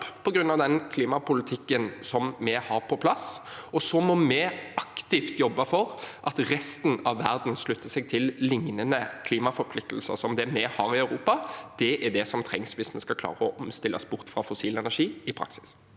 på grunn av den klimapolitikken vi har på plass. Så må vi aktivt jobbe for at resten av verden slutter seg til lignende klimaforpliktelser som dem vi har i Europa. Det er det som trengs hvis vi skal klare å omstille oss bort fra fossil energi i praksis.